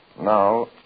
Now